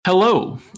Hello